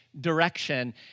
direction